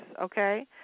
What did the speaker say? okay